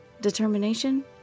Determination